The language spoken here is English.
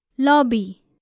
Lobby